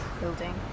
building